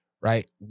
Right